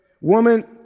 woman